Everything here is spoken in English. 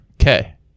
Okay